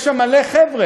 יש שם מלא חבר'ה.